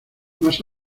más